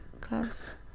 class